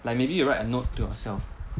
like maybe you write a note to yourself